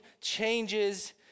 changes